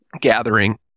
gathering